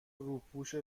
روپوش